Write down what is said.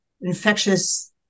infectious